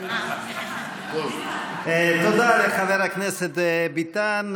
תודה לחבר הכנסת ביטן,